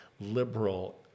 liberal